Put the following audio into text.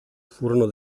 furono